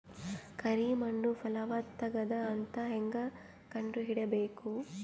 ಕರಿ ಮಣ್ಣು ಫಲವತ್ತಾಗದ ಅಂತ ಹೇಂಗ ಕಂಡುಹಿಡಿಬೇಕು?